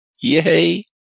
Yay